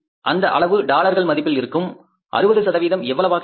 அந்த அளவு டாலர்கள் மதிப்பில் இருக்கும் 60 எவ்வளவாக இருக்கும்